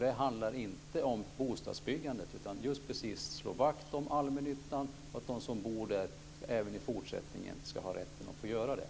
Det handlar inte om bostadsbyggandet utan just om att slå vakt om allmännyttan så att de som bor där även i fortsättningen ska ha rätten att få göra det.